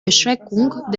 beschränkung